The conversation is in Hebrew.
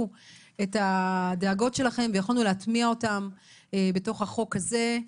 את הדאגות שלכם ויכולנו להטמיע אותם בתוך החוק הזה.